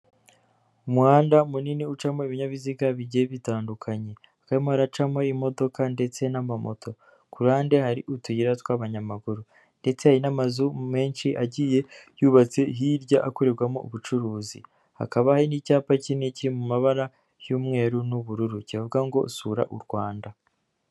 Umuhanda munini ucamo ibinyabiziga bijye bitandukanye, hakaba harimo haracamo imodoka ndetse n'amamoto; kuhande hari utuyira tw'abanyamaguru ndetse n'amazu menshi agiye yubatse hirya akorerwamo ubucuruzi. Hakaba n'icyapa kininiki kiri mu mabara y'umweru n'ubururu kivuga ngo: "Sura u Rwanda".